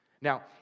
Now